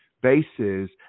bases